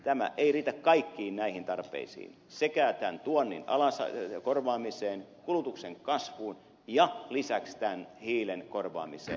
tämä ei riitä kaikkiin näihin tarpeisiin sekä tuonnin korvaamiseen kulutuksen kasvuun ja lisäksi hiilen korvaamiseen